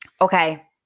Okay